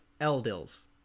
Eldils